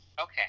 okay